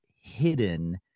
hidden